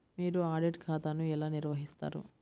మీరు ఆడిట్ ఖాతాను ఎలా నిర్వహిస్తారు?